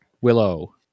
Willow